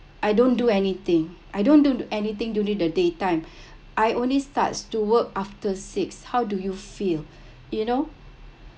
I don't do anything I don't do anything during the daytime I only starts to work after six how do you feel you know